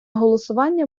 голосування